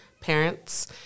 parents